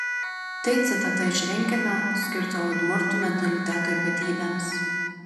tai citata iš rinkinio skirto udmurtų mentaliteto ypatybėms